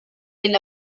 del